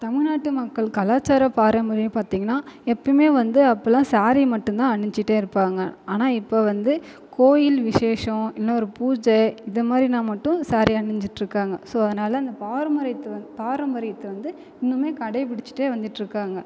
தமிழ் நாட்டு மக்கள் கலாச்சார பாரம்பரியம் பார்த்தீங்கன்னா எப்போதுமே வந்து அப்போல்லாம் சாரி மட்டும் தான் அணிஞ்சுக்கிட்டு இருப்பாங்க ஆனால் இப்போது வந்து கோவில் விஷேசம் இல்லைனா ஒரு பூஜை இது மாதிரினா மட்டும் சாரி அணிஞ்சுக்கிட்டு இருக்காங்க ஸோ அதனால இந்தப் பாரம்பரியத்துவம் பாரம்பரியத்தை வந்து இன்னுமே கடைப்பிடிச்சுக்கிட்டு வந்துகிட்டே இருக்காங்க